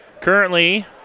currently